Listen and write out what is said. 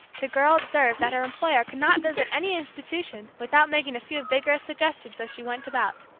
the girl observed that her employer could not visit any institution without making a few vigorous suggestions as she went about,